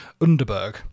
underberg